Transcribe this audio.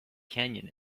canyon